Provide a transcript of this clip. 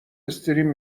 استریم